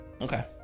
Okay